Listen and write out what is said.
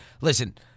listen